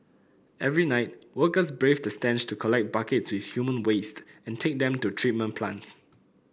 every night workers braved the stench to collect the buckets filled with human waste and take them to treatment plants